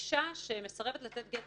אם אישה מסרבת לתת גט,